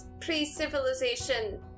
pre-civilization